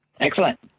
Excellent